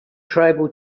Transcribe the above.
tribal